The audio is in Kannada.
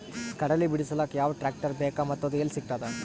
ಕಡಲಿ ಬಿಡಿಸಲಕ ಯಾವ ಟ್ರಾಕ್ಟರ್ ಬೇಕ ಮತ್ತ ಅದು ಯಲ್ಲಿ ಸಿಗತದ?